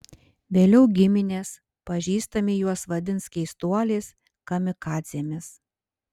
vėliau giminės pažįstami juos vadins keistuoliais kamikadzėmis